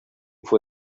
fue